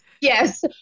yes